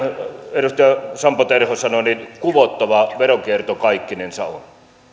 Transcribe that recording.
edustaja sampo terho sanoi niin kuvottavaa veronkierto kaikkinensa on